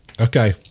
Okay